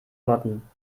motten